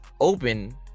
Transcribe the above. open